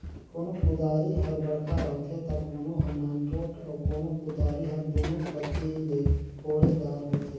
कोनो कुदारी हर बड़खा रहथे ता कोनो हर नानरोट अउ कोनो कुदारी हर दुनो कती ले कोड़े दार होथे